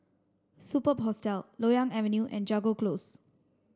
Superb Hostel Loyang Avenue and Jago Close